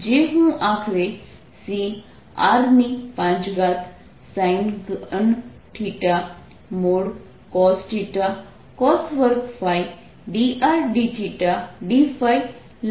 જે હું આખરે Cr5sin3cosθcos2ϕdrdθ dϕ લખી શકું જે માસ એલિમેન્ટ છે